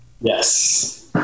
Yes